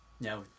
No